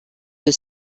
you